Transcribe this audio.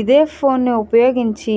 ఈథెఫోన్ని ఉపయోగించి